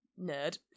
nerd